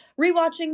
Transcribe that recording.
rewatching